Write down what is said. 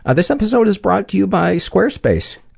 ah this episode is brought to you by squarespace.